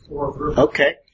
Okay